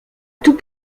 tout